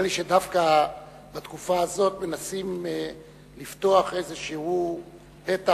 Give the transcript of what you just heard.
נדמה לי שדווקא בתקופה הזאת מנסים לפתוח איזה פתח